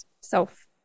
self